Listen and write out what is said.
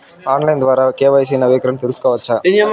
Online ద్వారా KYC నవీకరణ సేసుకోవచ్చా?